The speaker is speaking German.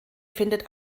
findet